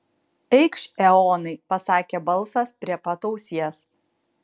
eikš eonai pasakė balsas prie pat ausies